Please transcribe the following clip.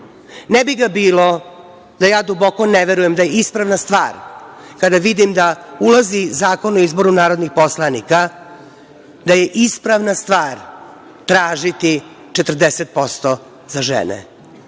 Ne bi ga bilo da ja duboko ne verujem da je ispravna stvar kada vidim da ulazi Zakon o izboru narodnih poslanika, da je ispravna stvar tražiti 40% za žene.